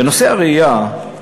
בנושא הרעייה,